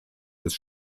des